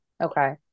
okay